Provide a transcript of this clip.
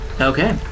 Okay